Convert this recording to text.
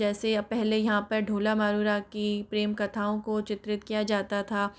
जैसे अब पहले यहाँ पर ढोला मारूंरा की प्रेम कथाओं को चित्रित किया जाता था